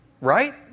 Right